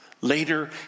Later